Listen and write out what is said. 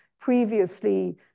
previously